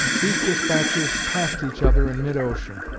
these despatches passed each other in mid-ocean.